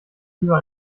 lieber